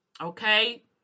Okay